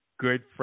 Good